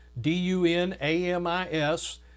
D-U-N-A-M-I-S